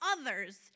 others